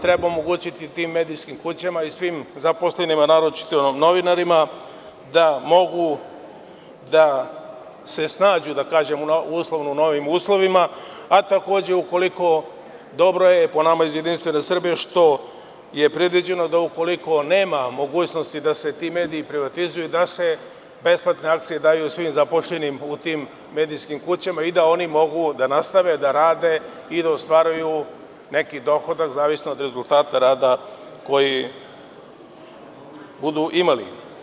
Treba omogućiti tim medijskim kućama i svim zaposlenima, naročito novinarima, da mogu da se snađu, da kažem uslovno, u novim uslovima, a takođe u koliko dobro je, po nama iz JS, što je predviđeno ukoliko nema mogućnosti da se ti mediji privatizuju da se besplatne akcije daju svim zaposlenima u tim medijskim kućama i da oni mogu da nastave da rade i da ostvaruju neki dohodak zavisno od rezultata rada koji budu imali.